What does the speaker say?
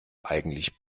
eigentlich